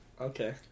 Okay